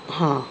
ಹಾಂ